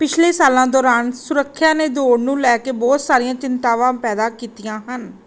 ਪਿਛਲੇ ਸਾਲਾਂ ਦੌਰਾਨ ਸੁਰੱਖਿਆ ਨੇ ਦੌੜ ਨੂੰ ਲੈ ਕੇ ਬਹੁਤ ਸਾਰੀਆਂ ਚਿੰਤਾਵਾਂ ਪੈਦਾ ਕੀਤੀਆਂ ਹਨ